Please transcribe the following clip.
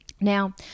Now